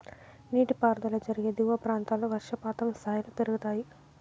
నీటిపారుదల జరిగే దిగువ ప్రాంతాల్లో వర్షపాతం స్థాయిలు పెరుగుతాయి